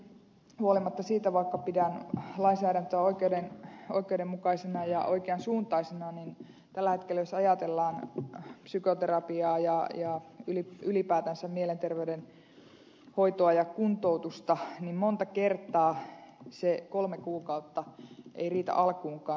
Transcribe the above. huolimatta siitä että pidän lainsäädäntöä oikeudenmukaisena ja oikean suuntaisena tällä hetkellä jos ajatellaan psykoterapiaa ja ylipäätänsä mielenterveyden hoitoa ja kuntoutusta monta kertaa se kolme kuukautta ei riitä alkuunkaan